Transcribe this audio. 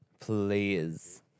Please